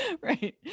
Right